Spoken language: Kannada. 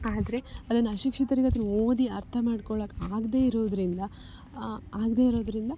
ಆದರೆ ಅದನ್ನು ಅಶಿಕ್ಷಿತರಿಗದನ್ನು ಓದಿ ಅರ್ಥ ಮಾಡ್ಕೊಳ್ಳೋಕೆ ಆಗದೇ ಇರೋದರಿಂದ ಆಗದೇ ಇರೋದರಿಂದ